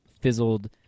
fizzled